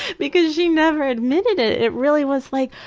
because she never admitted it. it really was like,